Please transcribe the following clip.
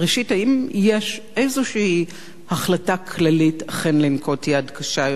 האם יש איזו החלטה כללית אכן לנקוט יד קשה יותר,